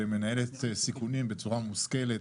שמנהלת סיכונים בצורה מושכלת.